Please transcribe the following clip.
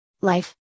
Life